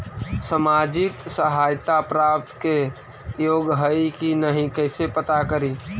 सामाजिक सहायता प्राप्त के योग्य हई कि नहीं कैसे पता करी?